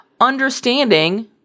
understanding